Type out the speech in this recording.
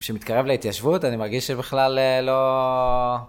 כשמתקרב להתיישבות אני מרגיש שבכלל לא.